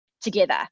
together